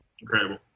incredible